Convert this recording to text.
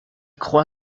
croit